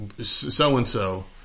so-and-so